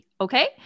okay